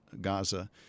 Gaza